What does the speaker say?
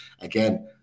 again